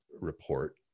Report